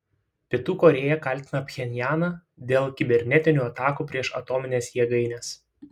pietų korėja kaltina pchenjaną dėl kibernetinių atakų prieš atomines jėgaines